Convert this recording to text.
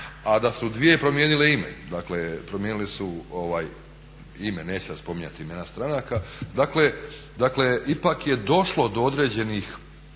a da su 2 promijenile ime. Dakle, promijenile su ime, neću sad spominjati imena stranaka. Dakle, ipak je došlo do određenih